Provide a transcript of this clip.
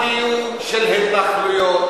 הקיום של ההתנחלויות,